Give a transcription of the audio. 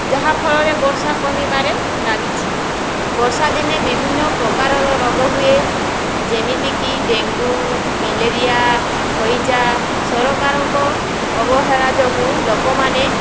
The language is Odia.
ଯାହାଫଳରେ ବର୍ଷା କମିବାରେ ଲାଗିଛି ବର୍ଷାଦିନେ ବିଭିନ୍ନପ୍ରକାରର ରୋଗ ହୁଏ ଯେମିତି କି ଡେଙ୍ଗୁ ମ୍ୟାଲେରିଆ ହଇଜା ସରକାରଙ୍କ ଅବହେଳା ଯୋଗୁଁ ଲୋକମାନେ